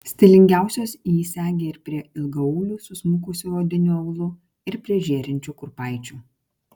stilingiausios jį segi ir prie ilgaaulių susmukusiu odiniu aulu ir prie žėrinčių kurpaičių